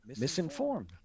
misinformed